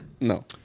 No